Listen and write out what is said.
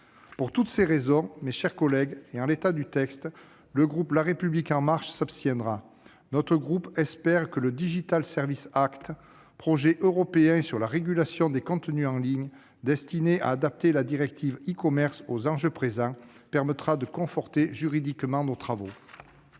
pour toutes ces raisons, et en l'état du texte, le groupe La République En Marche s'abstiendra, tout en espérant que le, projet européen sur la régulation des contenus en ligne destiné à adapter la directive e-commerce aux enjeux présents, permettra de conforter juridiquement nos travaux.